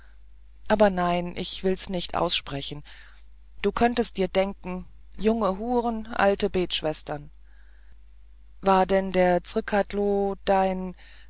aber nein ich will's nicht aussprechen du könntest dir denken junge huren alte betschwestern war denn der zrcadlo dein